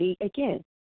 Again